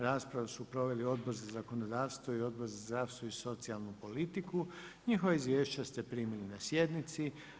Raspravu su proveli Odbor za zakonodavstvo i Odbor za zaštitu i socijalnu politiku, njihova izvješća ste primili na sjednici.